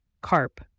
Carp